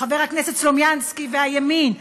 חבר הכנסת סלומינסקי והימין,